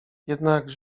jednak